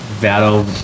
battle